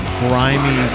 grimy